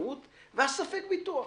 בוודאות וגם אלה עם ספק ביטוח.